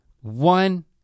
one